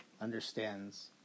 understands